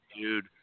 dude